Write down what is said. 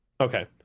Okay